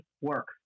work